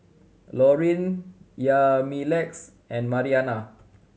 Laureen Yamilex and Marianna